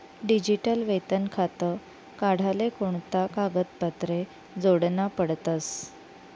Digital वेतन खातं काढाले कोणता कागदपत्रे जोडना पडतसं?